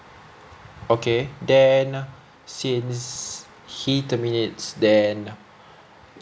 okay then since he terminates then